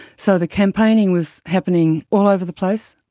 so the campaigning was happening all over the place,